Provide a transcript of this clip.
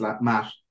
matt